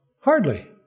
Hardly